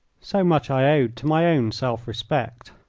so much i owed to my own self-respect.